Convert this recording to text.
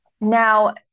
Now